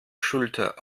schulter